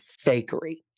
fakery